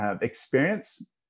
experience